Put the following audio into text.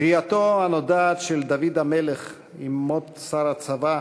קריאתו הנודעת של דוד המלך עם מות שר הצבא,